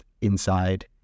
inside